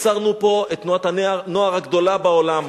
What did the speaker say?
יצרנו פה את תנועת הנוער הגדולה בעולם,